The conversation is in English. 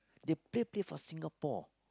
they play play for Singapore